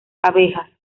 abejas